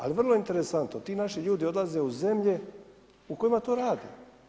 Ali vrlo je interesantno, ti naši ljudi odlaze u zemlje u kojima to rade.